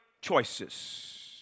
choices